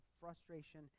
frustration